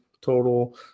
total